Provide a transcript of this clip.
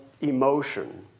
emotion